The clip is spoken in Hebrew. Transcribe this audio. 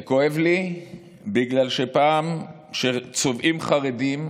זה כואב לי בגלל שצובעים חרדים,